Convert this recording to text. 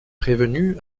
prévenu